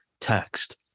text